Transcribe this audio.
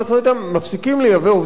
ומפסיקים לייבא עובדים זרים.